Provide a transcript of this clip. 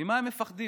ממה הם מפחדים?